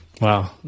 Wow